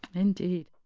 indeed